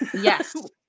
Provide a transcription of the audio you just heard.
Yes